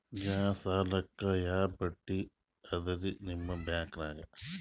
ಯಾ ಸಾಲಕ್ಕ ಯಾ ಬಡ್ಡಿ ಅದರಿ ನಿಮ್ಮ ಬ್ಯಾಂಕನಾಗ?